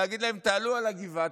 להגיד להם: תעלו על הגבעה,